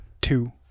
two